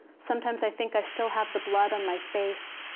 sometimes, i think i still have the blood on my face.